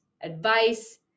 advice